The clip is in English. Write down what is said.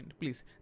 Please